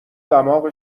دماغ